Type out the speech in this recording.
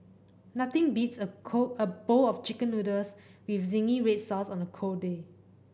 nothing beats a cold a bowl of Chicken Noodles with zingy red sauce on a cold day